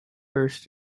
burst